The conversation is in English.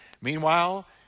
Meanwhile